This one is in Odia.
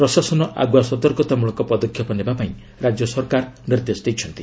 ପ୍ରଶାସନ ଆଗୁଆ ସତର୍କତା ମୂଳକ ପଦକ୍ଷେପ ନେବାକୁ ରାଜ୍ୟ ସରକାର ନିର୍ଦ୍ଦେଶ ଦେଇଛନ୍ତି